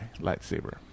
lightsaber